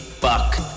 buck